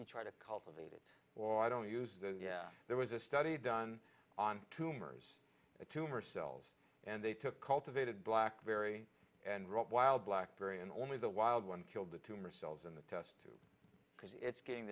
you try to cultivate it or i don't use yeah there was a study done on tumors the tumor cells and they took cultivated black berry and wrote while black berry and only the wild one killed the tumor cells in the test because it's getting